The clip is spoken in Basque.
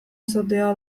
izatea